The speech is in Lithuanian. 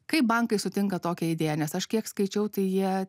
kaip bankai sutinka tokią idėją nes aš kiek skaičiau tai jie